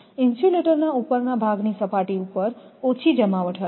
ઇન્સ્યુલેટરના ઉપરના ભાગની સપાટી પર ઓછી જમાવટ હશે